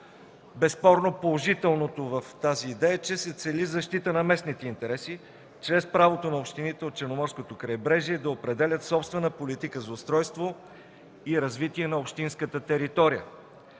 Безспорно, положителното в тази идея е, че се цели защита на местните интереси, чрез правото на общините от Черноморското крайбрежие да определят собствена политика за устройство и развитие на общинската територия.